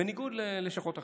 בניגוד ללשכות אחרת.